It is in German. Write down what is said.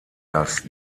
dass